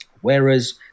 whereas